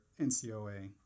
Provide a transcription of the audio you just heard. ncoa